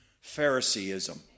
Phariseeism